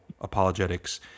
apologetics